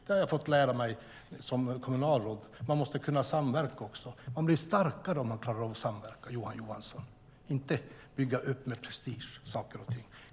Det har jag fått lära mig som kommunalråd. Man måste kunna samverka också. Man blir starkare om man klarar av att samverka, Johan Johansson, inte bygga upp saker och ting med prestige.